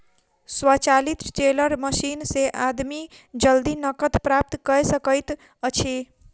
स्वचालित teller machine से आदमी जल्दी नकद प्राप्त कय सकैत अछि